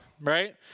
right